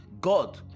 god